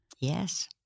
Yes